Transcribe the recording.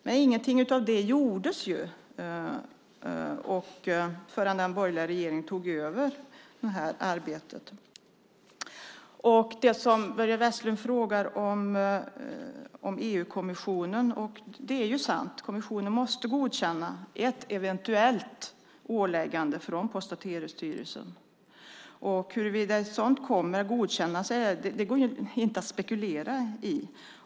Men ingenting av det gjordes förrän den borgerliga regeringen tog över arbetet. Börje Vestlund frågar om EU-kommissionen. Det är sant att kommissionen måste godkänna ett eventuellt åläggande från Post och telestyrelsen. Huruvida ett sådant kommer att godkännas går inte att spekulera i.